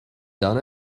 done